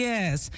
Yes